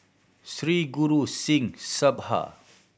Sri Guru Singh Sabha